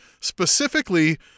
specifically